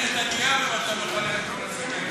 מה יישאר אז לבנימין נתניהו אם אתה מחלק את כל השרים?